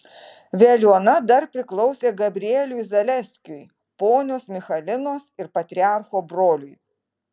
veliuona dar priklausė gabrieliui zaleskiui ponios michalinos ir patriarcho broliui